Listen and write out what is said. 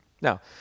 Now